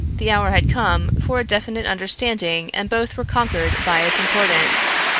the hour had come for a definite understanding and both were conquered by its importance.